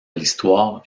l’histoire